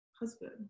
husband